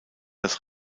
das